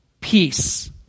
peace